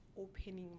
opening